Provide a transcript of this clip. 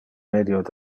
medio